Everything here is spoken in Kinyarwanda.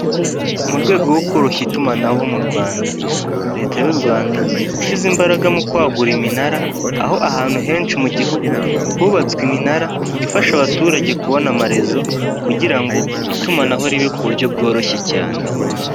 Mu rwego rwo koroshya itumanaho mu Rwanda. Leta y'u Rwanda yashyize imbaraga mu kwagura iminara, aho ahantu henshi mu gihugu hubatswe iminara, ifasha abaturage kubona amarezo, kugira ngo itumanaho ribe ku buryo bworoshye cyane.